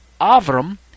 Avram